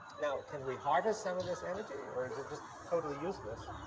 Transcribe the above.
now can we harvest some of this energy, or is it just totally useless?